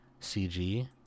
CG